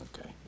Okay